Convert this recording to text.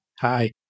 Hi